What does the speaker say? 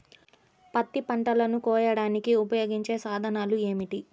పత్తి పంటలను కోయడానికి ఉపయోగించే సాధనాలు ఏమిటీ?